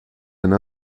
and